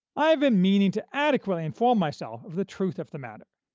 i have been meaning to adequately inform myself of the truth of the matter.